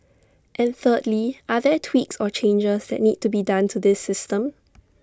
and thirdly are there tweaks or changes that need to be done to this system